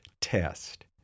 test